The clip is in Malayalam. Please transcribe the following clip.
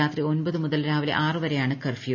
രാത്രി ഒൻപത് മുതൽ രാവിലെ ആറ് വരെയാണ് കർഫ്യൂ